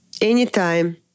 anytime